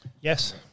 yes